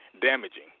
damaging